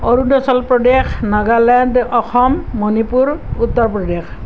Arunachal Pradesh Nagaland Assam Manipur Uttar Pradesh